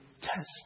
test